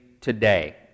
today